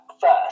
first